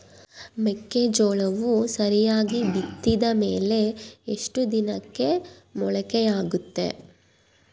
ಮೆಕ್ಕೆಜೋಳವು ಸರಿಯಾಗಿ ಬಿತ್ತಿದ ಮೇಲೆ ಎಷ್ಟು ದಿನಕ್ಕೆ ಮೊಳಕೆಯಾಗುತ್ತೆ?